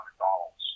McDonald's